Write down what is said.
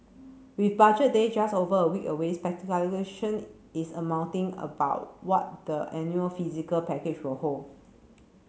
with Budget Day just over a week away is mounting about what the annual physical package will hold